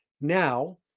Now